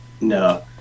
No